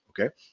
okay